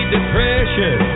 Depression